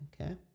okay